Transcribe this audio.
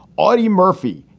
audie murphy,